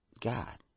God